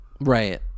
Right